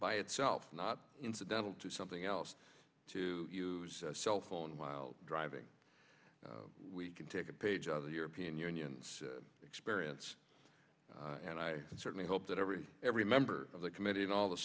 by itself not incidental to something else to use a cell phone while driving we can take a page of the european union's experience and i certainly hope that every every member of the committee and all the